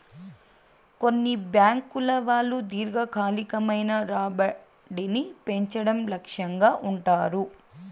కొన్ని బ్యాంకుల వాళ్ళు దీర్ఘకాలికమైన రాబడిని పెంచడం లక్ష్యంగా ఉంటారు